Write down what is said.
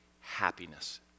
happiness